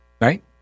Right